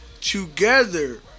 together